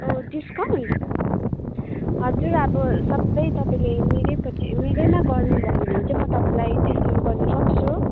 discount हजुर अब सब तपाईँले मेरोपट्टि मेरोमा गर्नु भयो भने चाहिँ म तपाईँलाई डिस्काउन्ट गर्नु सक्छु